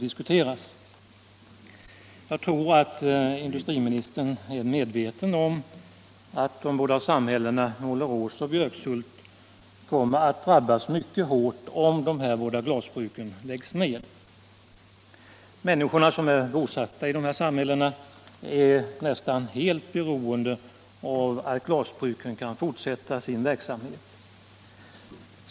Industriministern är säkert medveten om att samhällena Målerås och Björkshult kommer att drabbas mycket hårt, om dessa båda glasbruk läggs ned. Alla som är bosatta i de samhällena är nästan helt beroende av att glasbruken kan fortsätta sin verksamhet.